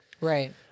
Right